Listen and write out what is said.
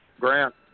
grant